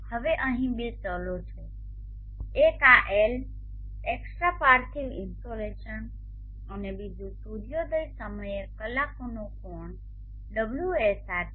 હવે અહીં બે ચલો છે એક આ L એક્સ્ટ્રા પાર્થિવ ઇનસોલેશન અને બીજું સૂર્યોદય સમયે કલાકોનો કોણ ωSR છે